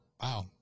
wow